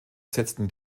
setzten